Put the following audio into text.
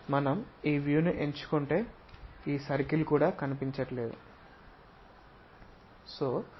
మనం ఈ వ్యూ ను ఎంచుకుంటే ఈ సర్కిల్ కూడా కనిపించట్లేదు